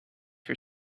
for